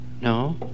No